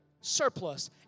surplus